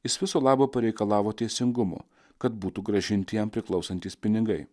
jis viso labo pareikalavo teisingumo kad būtų grąžinti jam priklausantys pinigai